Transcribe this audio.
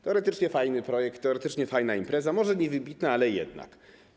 Teoretycznie fajny projekt, teoretycznie fajna impreza, może nie wybitna, ale jednak.